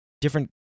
different